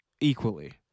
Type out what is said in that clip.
equally